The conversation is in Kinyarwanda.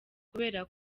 kubera